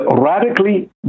radically